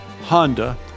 Honda